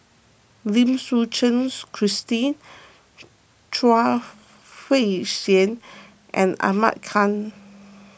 Lim Suchen Christine Chuang Hui Tsuan and Ahmad Khan